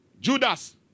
Judas